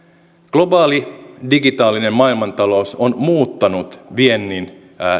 globaali digitaalinen maailmantalous on muuttanut viennin